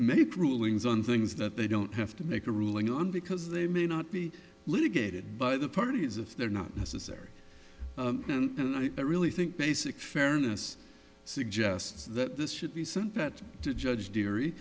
make rulings on things that they don't have to make a ruling on because they may not be litigated by the parties if they're not necessary and i really think basic fairness suggests that this should be sent that to judge theory